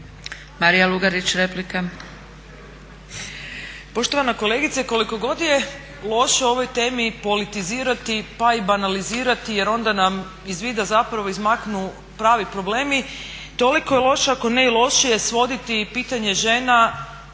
Marija Lugarić, replika.